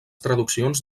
traduccions